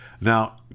Now